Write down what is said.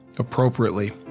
Appropriately